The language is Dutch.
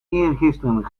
eergisteren